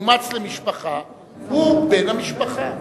למשפחה הוא בן המשפחה.